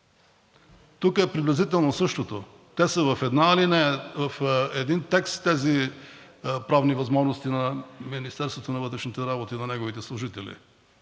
Тук е приблизително същото. Те са в една алинея, в един текст тези правни възможности на Министерството на вътрешните работи и на неговите служители